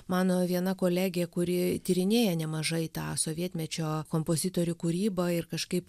mano viena kolegė kuri tyrinėja nemažai tą sovietmečio kompozitorių kūrybą ir kažkaip